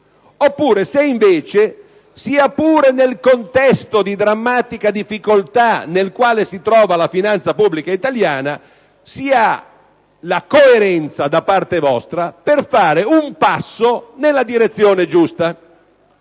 oppure se, sia pure nel contesto di drammatica difficoltà nel quale si trova la finanza pubblica italiana, si ha la coerenza da parte vostra per fare un passo nella direzione giusta.